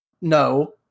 no